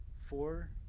four